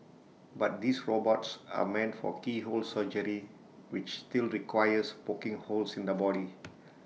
but these robots are meant for keyhole surgery which still requires poking holes in the body